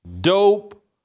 dope